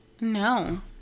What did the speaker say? No